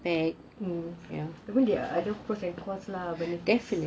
I mean there are other pros and cons lah but the thing is